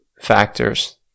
factors